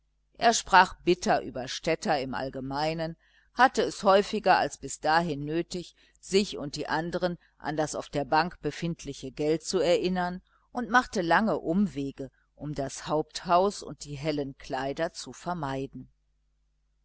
er sprach bitter über städter im allgemeinen hatte es häufiger als bis dahin nötig sich und die andern an das auf der bank befindliche geld zu erinnern und machte lange umwege um das haupthaus und die hellen kleider zu vermeiden